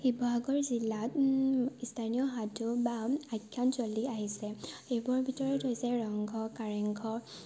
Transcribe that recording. শিৱসাগৰ জিলাত স্থানীয় সাধু বা আখ্যান চলি আহিছে সেইবোৰৰ ভিতৰত হৈছে ৰংঘ কাৰেংঘৰ